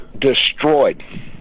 destroyed